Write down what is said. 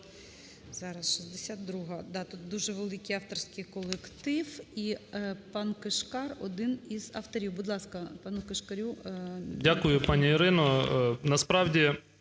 Дякую, пані Ірино.